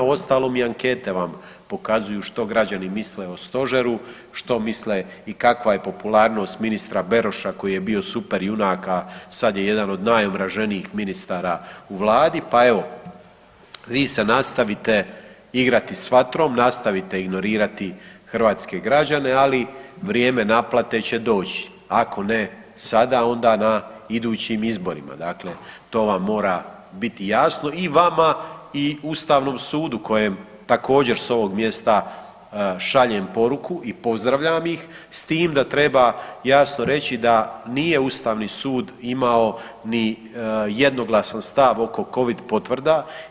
Uostalom i ankete vam pokazuju što građani misle o stožeru, što misle i kakva je popularnost ministra Beroša koji je bio superjunak, a sad je jedan od najomraženijih ministara u Vladi, pa evo vi se nastaviti igrati s vatrom, nastavite ignorirati hrvatski građane, ali vrijeme naplate će doći, ako ne sada onda na idućim izborima to vam mora biti jasno i vama i Ustavnom sudu kojem također s ovog mjesta šaljem poruku i pozdravljam ih s tim da treba jasno reći da nije Ustavni sud imao ni jednoglasan stav oko covid potvrda.